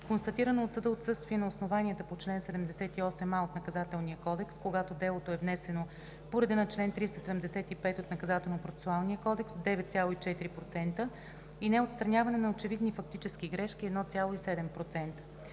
констатирано от съда отсъствие на основанията по чл. 78а от НК, когато делото е внесено по реда на чл. 375 от НПК – 9,4%, и неотстраняване на очевидни фактически грешки – 1,7%.